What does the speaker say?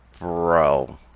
Bro